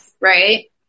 right